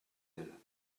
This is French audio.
elle